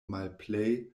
malplej